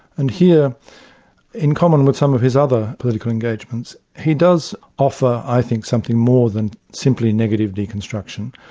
and here in common with some of his other political engagements, he does offer i think, something more than simply negative deconstruction.